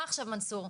מה עכשיו מנסור?